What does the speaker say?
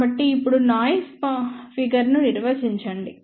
కాబట్టి ఇప్పుడు noise figure ను నిర్వచించండి